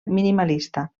minimalista